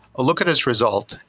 look at its result.